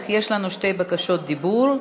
אך יש לנו שתי בקשות דיבור.